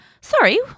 sorry